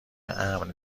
امن